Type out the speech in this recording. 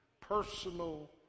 personal